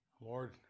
Lord